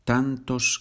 Tantos